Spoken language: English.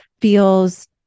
feels